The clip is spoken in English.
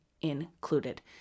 Included